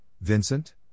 Vincent